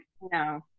no